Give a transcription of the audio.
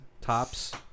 tops